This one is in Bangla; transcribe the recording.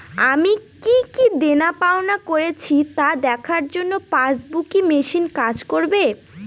আমি কি কি দেনাপাওনা করেছি তা দেখার জন্য পাসবুক ই মেশিন কাজ করবে?